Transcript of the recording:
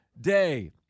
day